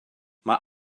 mae